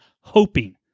hoping